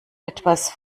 etwas